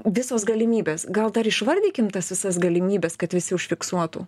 visos galimybės gal dar išvardykim tas visas galimybes kad visi užfiksuotų